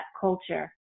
culture